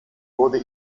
wurde